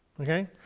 Okay